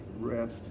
rest